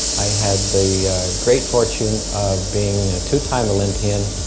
i had the great fortune of being a two time olympian,